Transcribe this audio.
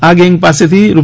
આ ગેંગ પાસેથી રૂ